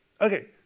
Okay